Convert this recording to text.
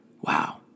Wow